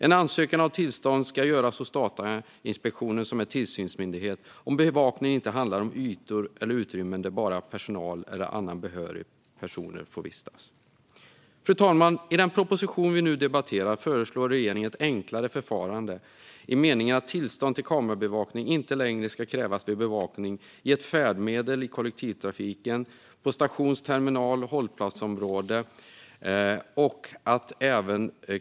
En ansökan om tillstånd ska göras hos Datainspektionen, som är tillsynsmyndighet, om bevakningen inte handlar om ytor eller utrymmen där bara personal eller andra behöriga personer får vistas. Fru talman! I den proposition vi nu debatterar föreslår regeringen ett enklare förfarande i meningen att tillstånd för kamerabevakning inte längre ska krävas vid bevakning i ett färdmedel i kollektivtrafiken eller på stations, terminal eller hållplatsområde.